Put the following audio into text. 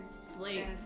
Sleep